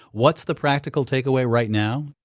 what's the practical takeaway right now?